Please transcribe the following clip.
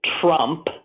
Trump